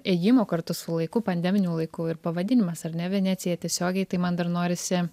ėjimo kartu su laiku pandeminiu laiku ir pavadinimas ar ne venecija tiesiogiai tai man dar norisi